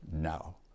now